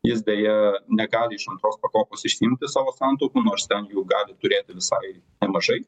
jis deja negali iš antros pakopos išsiimti savo santaupų nors ten jų gali turėti visai nemažai